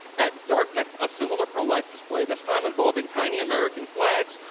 at dartmouth, a similar pro life display this time involving tiny american flags,